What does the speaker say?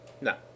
No